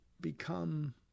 become